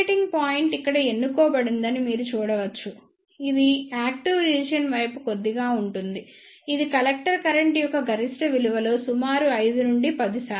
operating point ఇక్కడ ఎన్నుకోబడిందని మీరు చూడవచ్చు ఇది యాక్టివ్ రీజియన్ వైపు కొద్దిగా ఉంటుంది ఇది కలెక్టర్ కరెంట్ యొక్క గరిష్ట విలువలో సుమారు 5 నుండి 10